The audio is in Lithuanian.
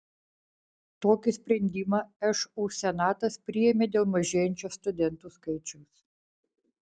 tokį sprendimą šu senatas priėmė dėl mažėjančio studentų skaičiaus